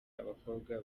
abakobwa